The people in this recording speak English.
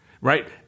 right